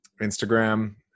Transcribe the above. Instagram